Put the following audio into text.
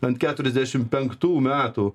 ant keturiasdešim penktų metų